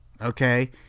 okay